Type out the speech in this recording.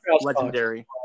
Legendary